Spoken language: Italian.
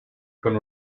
con